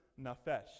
nafesh